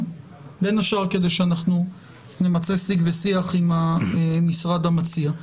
בין השאר כדי שנמצה שיג ושיח עם המשרד המציע.